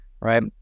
Right